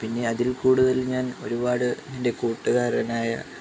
പിന്നെ അതിൽക്കൂടുതൽ ഞാൻ ഒരുപാട് എൻ്റെ കൂട്ടുകാരനായ